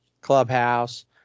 clubhouse